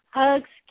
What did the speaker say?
hugs